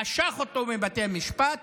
הוא משך אותו מבתי המשפט